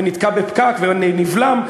ונתקע בפקק ונבלם,